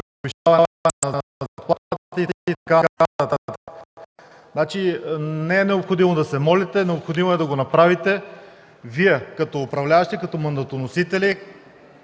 Не е необходимо да се молите, необходимо е да го направите Вие – като управляващи и като мандатоносители